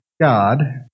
God